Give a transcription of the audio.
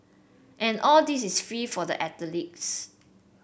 and all this is free for the athletes